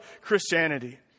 Christianity